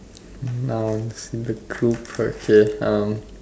nouns in the okay um